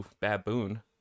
baboon